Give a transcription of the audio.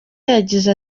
yagize